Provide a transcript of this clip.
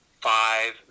five